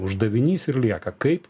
uždavinys ir lieka kaip